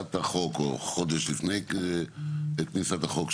כניסת החוק או חודש לפני כניסת החוק?